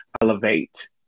elevate